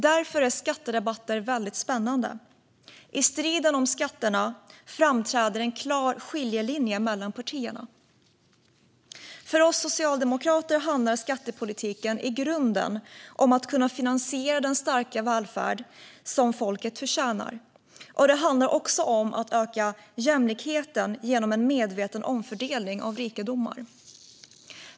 Därför är skattedebatter väldigt spännande. I striden om skatterna framträder en klar skiljelinje mellan partierna. Skattereduktion för förvärvsinkomster och utvidgad tidsgräns för expertskatt För oss socialdemokrater handlar skattepolitiken i grunden om att kunna finansiera den starka välfärd som folket förtjänar. Den handlar också om att öka jämlikheten genom en medveten omfördelning av rikedomar.